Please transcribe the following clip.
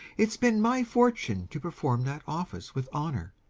it's been my fortune to perform that office with honour.